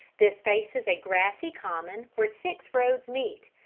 this faces a grassy common where six roads meet,